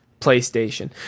playstation